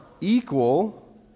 equal